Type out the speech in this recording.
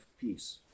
peace